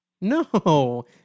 No